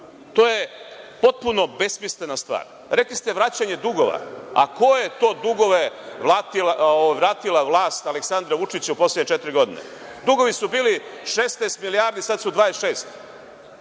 To je potpuno besmislena stvar. Rekli ste vraćanje dugova, a koje je to dugove vratila vlast Aleksandra Vučića u poslednje četiri godine? Dugovi su bili 16 milijardi, sada su 26.